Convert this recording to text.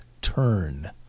turn